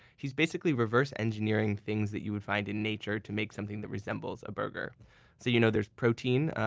he's basically reverse engineering things that you would find in nature to make something that resembles a burger so you know there's protein.